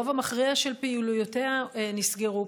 הרוב המכריע של פעילויותיה נסגרו,